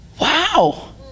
wow